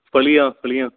ਫ਼ਲੀਆਂ ਫ਼ਲੀਆਂ